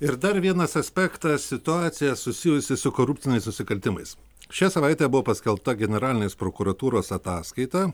ir dar vienas aspektas situacija susijusi su korupciniais nusikaltimais šią savaitę buvo paskelbta generalinės prokuratūros ataskaita